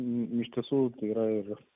įvykius ūkiai yra įvairios